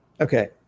Okay